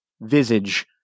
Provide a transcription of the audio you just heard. visage